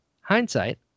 hindsight